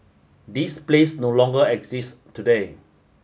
this place no longer exist today